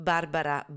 Barbara